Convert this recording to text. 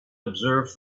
observe